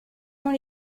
dans